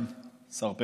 השר פרץ,